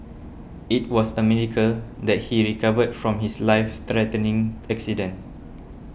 it was a miracle that he recovered from his life threatening accident